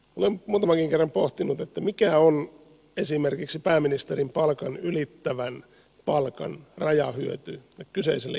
olen muutamankin kerran pohtinut että mikä on esimerkiksi pääministerin palkan ylittävän palkan rajahyöty tälle kyseiselle ihmiselle itselleen